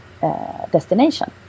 destination